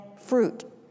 fruit